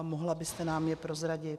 Mohla byste nám je prozradit?